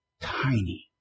tiny